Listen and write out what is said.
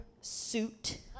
suit